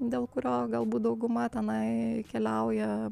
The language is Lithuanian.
dėl kurio galbūt dauguma tenai keliauja